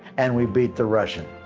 and we beat the russian.